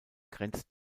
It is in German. grenzt